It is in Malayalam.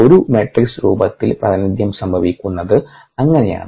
ഒരു മാട്രിക്സ് രൂപത്തിൽ പ്രാതിനിധ്യം സംഭവിക്കുന്നത് അങ്ങനെയാണ്